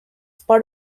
part